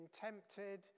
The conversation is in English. tempted